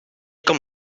com